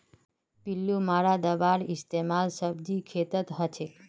पिल्लू मारा दाबार इस्तेमाल सब्जीर खेतत हछेक